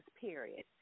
period